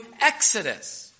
exodus